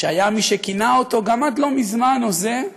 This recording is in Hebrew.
שהיה מי שכינה אותו, גם עד לא מזמן, הוזה,